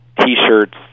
t-shirts